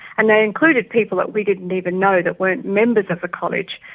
and they included people that we didn't even know that weren't members of the college.